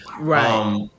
Right